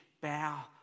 bow